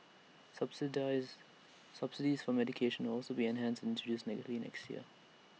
subsidies subsidies for medication will also be enhanced introduce next year